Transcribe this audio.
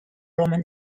roman